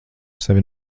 sevi